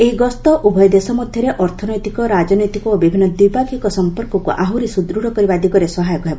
ଏହି ଗସ୍ତ ଉଭୟ ଦେଶ ମଧ୍ୟରେ ଅର୍ଥନୈତିକ ରାଜନୈତିକ ଓ ବିଭିନ୍ନ ଦ୍ୱିପାକ୍ଷିକ ସମ୍ପର୍କକୁ ଆହୁରି ସୁଦୃତ୍ କରିବା ଦିଗରେ ସହାୟକ ହେବ